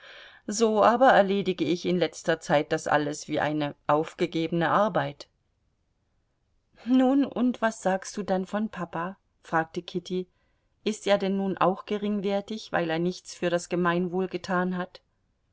so aber erledige ich in letzter zeit das alles wie eine aufgegebene arbeit nun und was sagst du dann von papa fragte kitty ist er denn nun auch geringwertig weil er nichts für das gemeinwohl getan hat